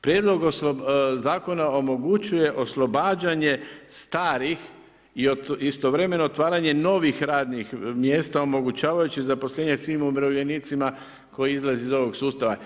Prijedlog zakona omogućuje oslobađanje starih i istovremeno otvaranje novih radnih mjesta, omogućavajući zaposlenje svim umirovljenicima koji izlaze iz ovog sustava.